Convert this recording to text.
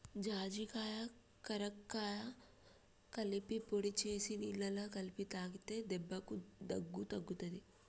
జాజికాయ కరక్కాయ కలిపి పొడి చేసి నీళ్లల్ల కలిపి తాగితే దెబ్బకు దగ్గు తగ్గుతది